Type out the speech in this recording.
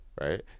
right